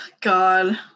God